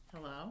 Hello